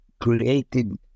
created